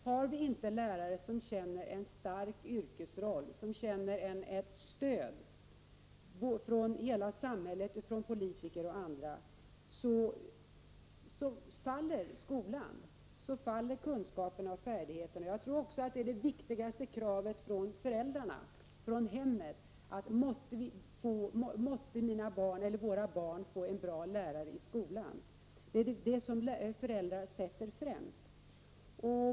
Om vi inte har lärare som känner en stark yrkesroll och ett stöd från hela samhället och politikerna, faller kunskaperna och färdigheterna i skolan. Det viktigaste kravet från föräldrarna och hemmet är att deras barn måtte få en bra lärare i skolan. Det är det som föräldrar sätter främst.